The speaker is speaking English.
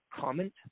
comment